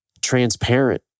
transparent